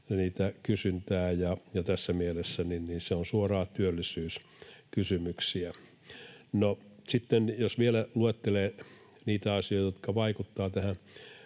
supistaa kysyntää, ja tässä mielessä ne ovat suoraan työllisyyskysymyksiä. No, sitten jos vielä luettelee niitä asioita, jotka vaikuttavat tähän